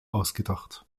ausgedacht